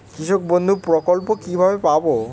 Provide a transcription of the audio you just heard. কৃষকবন্ধু প্রকল্প কিভাবে পাব?